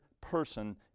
person